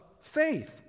faith